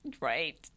right